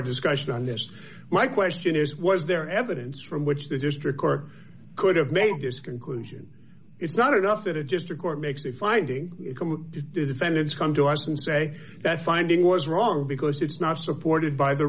discussion on this my question is was there evidence from which the district court could have made this conclusion is not enough it is just a court makes the finding defendants come to us and say that finding was wrong because it's not supported by the